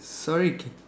sorry c~